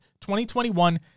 2021